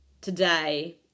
today